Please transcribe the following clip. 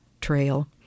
trail